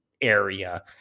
area